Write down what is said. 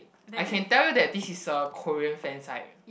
I can tell you that this is a Korean fan site